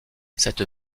cette